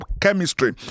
chemistry